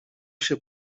się